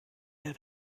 der